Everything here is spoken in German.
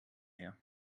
her